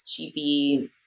cheapy